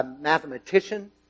mathematician